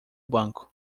banco